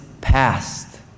past